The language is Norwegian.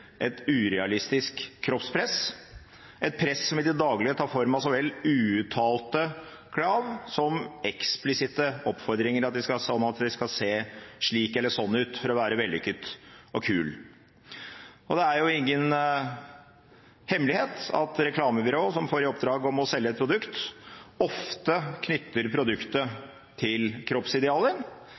et urealistisk kroppspress, et press som i det daglige tar form av så vel uuttalte krav som eksplisitte oppfordringer om at de skal se slik eller sånn ut for å være vellykket og kul. Det er ingen hemmelighet at reklamebyråer som får i oppdrag å selge et produkt, ofte knytter produktet til